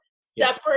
separate